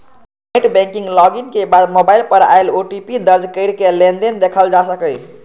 net banking log in के बाद mobile पर आयल ओ.टी.पी दर्ज कैरके लेनदेन देखल जा सकैए